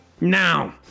Now